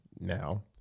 now